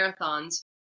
marathons